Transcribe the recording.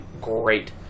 great